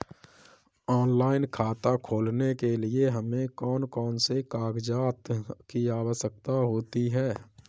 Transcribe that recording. Online खाता खोलने के लिए हमें कौन कौन से कागजात की आवश्यकता होती है?